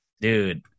dude